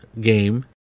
game